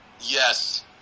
Yes